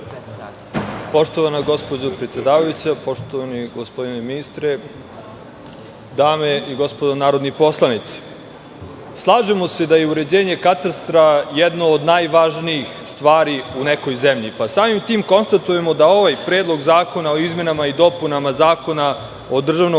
Poštovana gospođo predsedavajuća, poštovani gospodine ministre, dame i gospodo narodni poslanici, slažemo se da je uređenje katastra jedna od najvažnijih stvari u nekoj zemlji. Samim tim, konstatujemo da je ovaj predlog zakona o izmenama i dopunama Zakona o državnom